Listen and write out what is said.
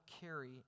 carry